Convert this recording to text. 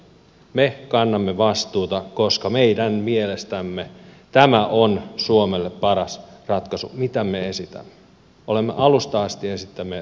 me kannamme vastuuta koska meidän mielestämme tämä on suomelle paras ratkaisu mitä me esitämme olemme jo alusta asti esittäneet